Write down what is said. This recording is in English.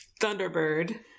Thunderbird